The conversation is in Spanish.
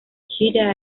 she